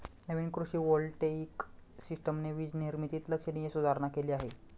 नवीन कृषी व्होल्टेइक सिस्टमने वीज निर्मितीत लक्षणीय सुधारणा केली आहे